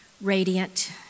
Radiant